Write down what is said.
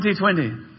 2020